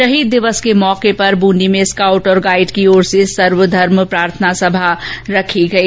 शहीद दिवस के मौके पर बूंदी में स्काउट और गाइड की ओर से सर्वधर्म प्रार्थना सभा रखी गई